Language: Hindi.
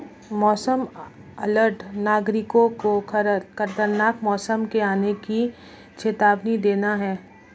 मौसम अलर्ट नागरिकों को खतरनाक मौसम के आने की चेतावनी देना है